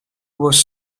was